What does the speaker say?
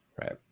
Right